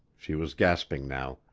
she was gasping now,